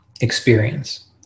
experience